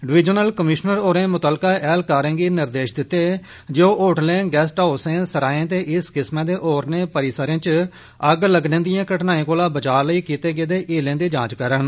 divisional commissioner होरें मुतल्लका ऐहलकारें गी निर्देश दित्ते जे ओह होटलें गेस्ट हाउसें सराएं ते इस किस्मै दे होरनें परिसरें च अग्ग लग्गने दिएं घटनाएं कोला बचाऽ लेई कीते गेदे हीलें दी जांच करन